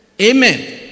amen